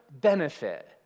benefit